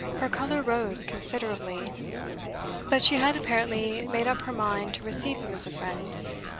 her colour rose considerably but she had apparently made up her mind to receive him as a friend,